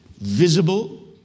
visible